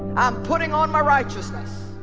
i'm putting on my righteousness.